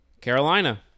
Carolina